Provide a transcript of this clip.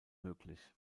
möglich